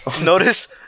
Notice